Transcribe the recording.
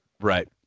Right